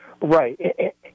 Right